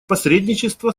посредничество